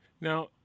Now